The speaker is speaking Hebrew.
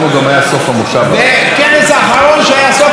הכנס האחרון, שהיה סוף המושב האחרון,